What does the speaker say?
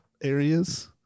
Areas